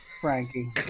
Frankie